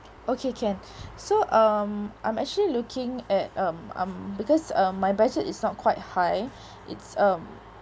okay can so um I'm actually looking at um um because uh my budget is not quite high it's um